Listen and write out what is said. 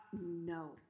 no